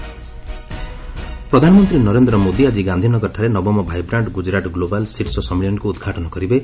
PM Gujarat ପ୍ରଧାନମନ୍ତ୍ରୀ ନରେନ୍ଦ୍ର ମୋଦି ଆଜି ଗାନ୍ଧି ନଗରଠାରେ ନବମ ଭାଇବ୍ରାଣ୍ଟ ଗୁଜରାଟ ଗ୍ଲୋବାଲ୍ ଶୀର୍ଷ ସମ୍ମିଳନୀକୁ ଉଦ୍ଘାଟନ କରିବେ